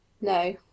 No